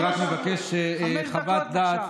אני רק מבקש חוות דעת,